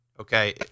Okay